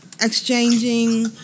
exchanging